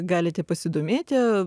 galite pasidomėti